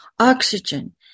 oxygen